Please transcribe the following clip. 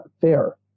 fair